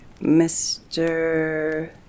Mr